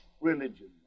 religion